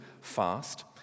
fast